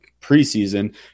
preseason